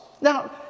Now